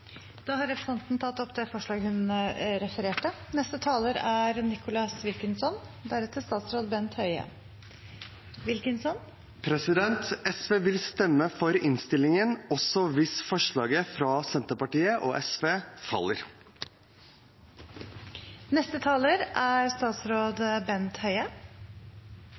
Da har representanten Åshild Bruun-Gundersen tatt opp det forslaget hun refererte til. SV vil stemme for innstillingen, også hvis forslaget fra Senterpartiet og SV